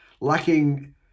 lacking